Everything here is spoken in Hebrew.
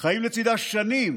שנים